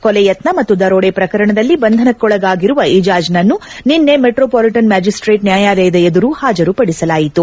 ಕೊಲೆ ಯತ್ನ ಮತ್ತು ದರೋಡೆ ಪ್ರಕರಣದಲ್ಲಿ ಬಂಧನಕ್ಕೊಳಗಾಗಿರುವ ಇಜಾಜ್ನನ್ನು ನಿನ್ನೆ ಮೆಟ್ರೋಪಾಲಿಟನ್ ಮ್ಯಾಜಿಸ್ಟೇಟ್ ನ್ಯಾಯಾಲಯದ ಎದುರು ಹಾಜರುಪಡಿಸಲಾಯಿತು